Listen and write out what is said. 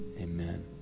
Amen